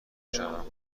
شوم